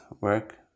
work